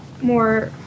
more